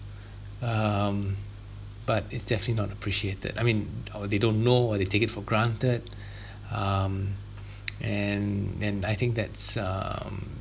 um but it's definitely not appreciated I mean or they don't know or they take it for granted um and and I think that's um